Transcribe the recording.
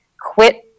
quit